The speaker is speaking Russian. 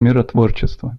миротворчество